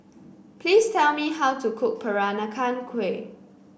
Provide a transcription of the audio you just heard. please tell me how to cook Peranakan Kueh